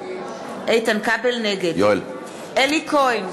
נגד אלי כהן,